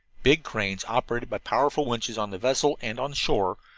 big cranes, operated by powerful winches on the vessel and on shore,